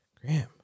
Graham